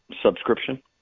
subscription